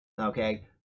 Okay